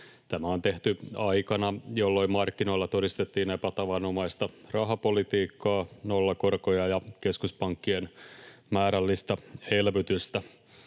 Tämä on tehty aikana, jolloin markkinoilla todistettiin epätavanomaista rahapolitiikkaa, nollakorkoja ja keskuspankkien määrällistä elvytystä.